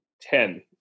ten